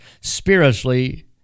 spiritually